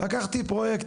לקחתי פרויקט,